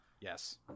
Yes